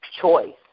choice